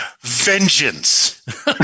Vengeance